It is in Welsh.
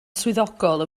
swyddogol